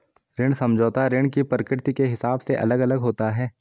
ऋण समझौता ऋण की प्रकृति के हिसाब से अलग अलग होता है